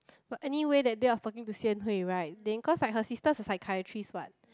but anyway that day I was talking to Sian-Hui right than cause like her sister's a psychiatrist what